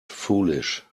foolish